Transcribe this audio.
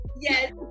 Yes